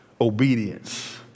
obedience